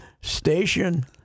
station